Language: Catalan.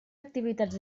activitats